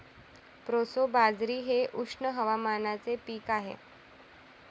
proso बाजरी हे उष्ण हवामानाचे पीक आहे